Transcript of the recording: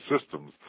systems